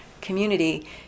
community